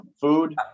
food